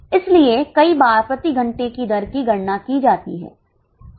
इसलिए कई बार प्रति घंटे की दर की गणना की जाती है